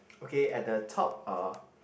okay at the top of